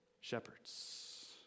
Shepherds